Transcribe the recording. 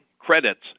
credits